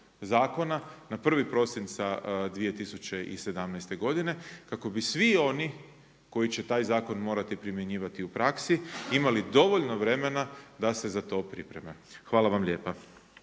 zakona na 1. prosinca 2017. godine kako bi svi oni koji će taj zakon morati primjenjivati u praksi imali dovoljno vremena da se za to pripreme. Hvala vam lijepa.